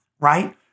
right